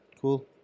cool